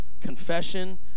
Confession